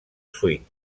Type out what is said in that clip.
swing